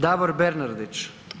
Davor Bernardić.